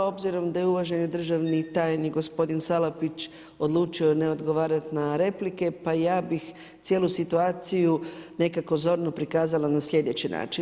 Obzirom da je uvaženi državni tajnik gospodin Salapić odlučio ne odgovarati na replike pa ja bih cijelu situaciju nekako zorno prikazala na sljedeći način.